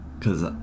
cause